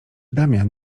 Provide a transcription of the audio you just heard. damian